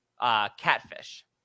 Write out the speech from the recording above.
Catfish